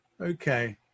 Okay